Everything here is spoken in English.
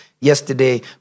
yesterday